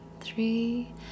three